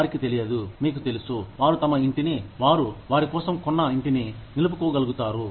వారికి తెలియదు మీకు తెలుసు వారు తమ ఇంటిని వారు వారికోసం కొన్న ఇంటిని నిలుపుకోగలుగుతారు